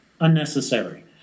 unnecessary